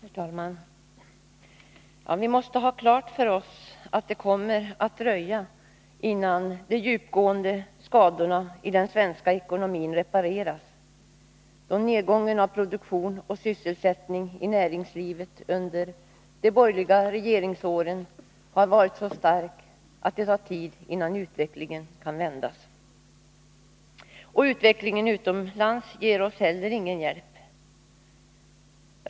Herr talman! Vi måste ha klart för oss att det kommer att dröja innan de djupgående skadorna i den svenska ekonomin reparerats, då nedgången av produktion och sysselsättning i näringslivet under de borgerliga regeringsåren har varit stark och det tar tid innan utvecklingen kan vändas. Utvecklingen utomlands ger oss heller ingen hjälp.